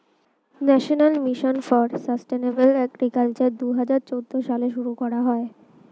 national mission for sustainable agriculture দুহাজার চৌদ্দ সালে শুরু করা হয়